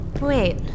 Wait